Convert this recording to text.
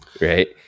Right